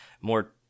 more